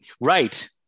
Right